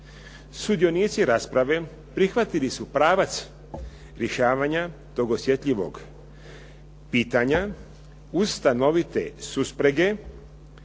Sudionici rasprave prihvatili su pravac rješavanja tog osjetljivog pitanja, uz stanovite susprege